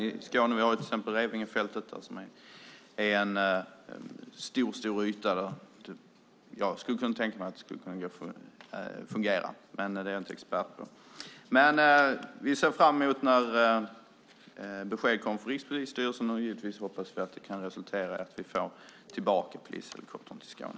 I Skåne har vi till exempel Revingefältet, en mycket stor yta som jag kan tänka mig skulle fungera. Jag är dock ingen expert på det. Vi ser fram emot beskedet från Rikspolisstyrelsen, och givetvis hoppas vi att det kan resultera i att vi får tillbaka polishelikoptern till Skåne.